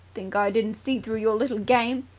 think i didn't see through your little game?